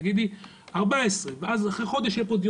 תגידי 14 ואז אחרי חודש יהיה פה דיון